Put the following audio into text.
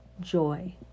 joy